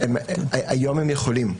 היום הם יכולים.